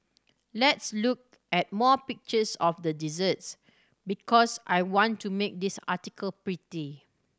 let's look at more pictures of the desserts because I want to make this article pretty